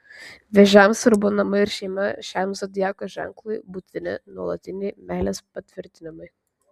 vėžiams svarbu namai ir šeima šiam zodiako ženklui būtini nuolatiniai meilės patvirtinimai